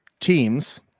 teams